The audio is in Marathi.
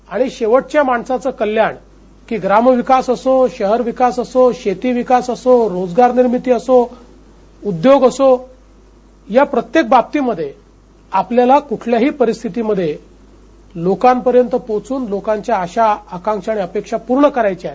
आणि शेवटच्या माणसाचं कल्याण की ग्रामविकास असो शहरविकास असो शेतीविकास असो रोजगारनिर्मीती असो उद्योग असो या प्रत्येक बाबतीमध्ये आपल्याला कुठल्यागी परिस्थितीमध्ये लोकांपर्यंत पोहचून लोकांच्या आशा आकांक्षा आणि अपेक्षा पूर्ण करायच्या आहेत